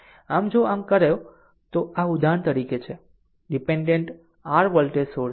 આમ જો આમ કરે તો આ ઉદાહરણ તરીકે છે આ ડીપેન્ડેન્ટ r વોલ્ટેજ સોર્સ છે